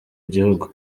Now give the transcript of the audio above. gihugu